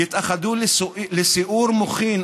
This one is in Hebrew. שיתאחדו לסיעור מוחין,